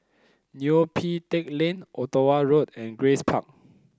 Neo Pee Teck Lane Ottawa Road and Grace Park